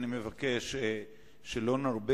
שקמה זעקה גדולה בכנסת כאשר ראש הממשלה מר אולמרט החליט